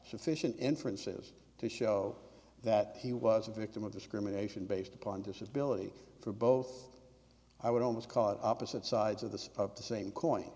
sufficient inferences to show that he was a victim of discrimination based upon disability for both i would almost caught opposite sides of the of the same coin